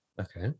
Okay